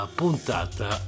puntata